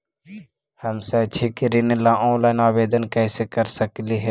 हम शैक्षिक ऋण ला ऑनलाइन आवेदन कैसे कर सकली हे?